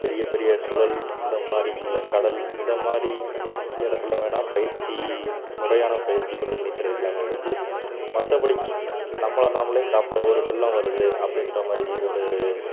பெரியப் பெரிய சுழல் இந்த மாதிரி இல்லை கடல் இந்த மாதிரி இடத்துல வேணால் பயிற்சி முறையான பயிற்சி பெற்றுவிட்டு நீச்சல் அடிக்கலாமே ஒழிஞ்சி மற்றபடிக்கி நம்மளை நாமளே காப்பா ஒரு வெள்ளம் வருது அப்படின்ற மாதிரி ஒரு